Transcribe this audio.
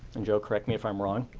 and joe correct me if i'm wrong.